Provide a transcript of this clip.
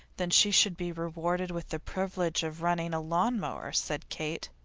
then she should be rewarded with the privilege of running a lawn-mower, said kate.